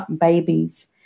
babies